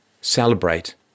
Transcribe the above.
Celebrate